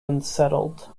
unsettled